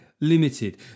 limited